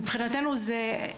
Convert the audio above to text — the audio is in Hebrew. מבחינתנו מדובר בשטויות,